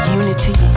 unity